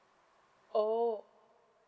orh